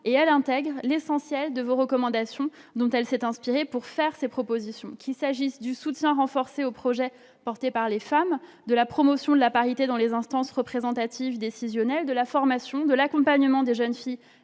qui intègre l'essentiel de vos recommandations dont elle s'est inspirée pour faire ses propositions : soutien renforcé aux projets portés par les femmes, promotion de la parité dans les instances représentatives décisionnelles, formation et accompagnement des jeunes filles